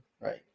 right